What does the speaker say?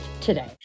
today